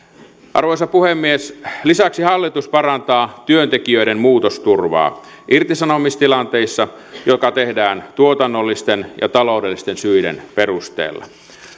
arvoisa puhemies lisäksi hallitus parantaa työntekijöiden muutosturvaa irtisanomistilanteissa jotka tehdään tuotannollisten ja taloudellisten syiden perusteella